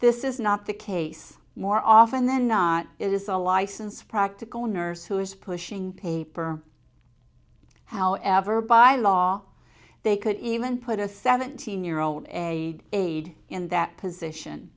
this is not the case more often than not it is a license practical nurse who is pushing paper however by law they could even put a seventeen year old a aide in that position